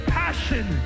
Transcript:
passion